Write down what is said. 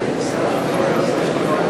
הנושא הבא בסדר-היום הוא הודעת